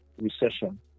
recession